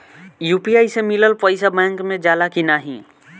UPI से मिलल पईसा बैंक मे जाला की नाहीं?